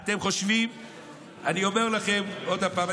לכם עוד פעם,